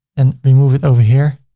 and remove it over here